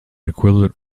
equivalent